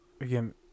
Again